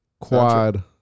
quad